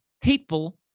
hateful